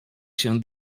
się